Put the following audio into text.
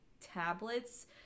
tablets